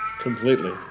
completely